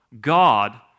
God